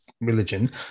religion